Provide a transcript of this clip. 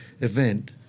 event